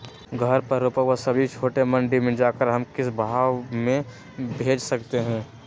घर पर रूपा हुआ सब्जी छोटे मंडी में जाकर हम किस भाव में भेज सकते हैं?